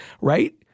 right